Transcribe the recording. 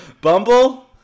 Bumble